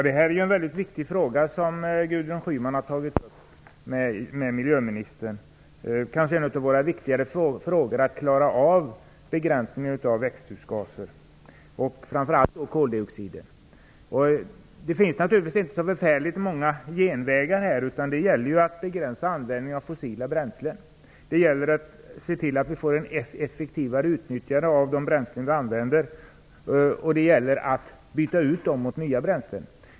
Herr talman! Den fråga Gudrun Schyman har tagit upp med miljöministern är mycket viktig. Det kanske är en av de viktigare frågor vi har att klara av. Det gäller begränsningen av växthusgaser och framför allt koldioxid. Det finns naturligtvis inte särskilt många genvägar. Det gäller att begränsa användningen av fossila bränslen och att åstadkomma ett effektivare utnyttjande av de bränslen vi använder. Det gäller att byta till nya bränslen.